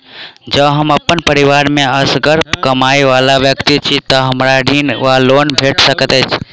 जँ हम अप्पन परिवार मे असगर कमाई वला व्यक्ति छी तऽ हमरा ऋण वा लोन भेट सकैत अछि?